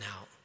out